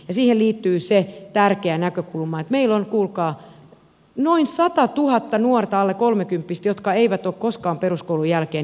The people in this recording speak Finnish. siihen liittyy se tärkeä näkökulma että meillä on kuulkaa noin satatuhatta alle kolmekymppistä nuorta jotka eivät ole koskaan peruskoulun jälkeen jatkaneet opintojaan